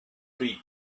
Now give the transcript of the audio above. beak